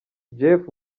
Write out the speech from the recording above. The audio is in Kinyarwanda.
jeff